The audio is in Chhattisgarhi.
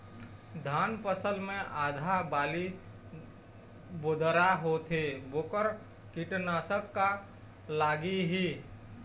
धान फसल मे आधा बाली बोदरा होथे वोकर कीटनाशक का लागिही?